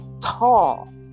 tall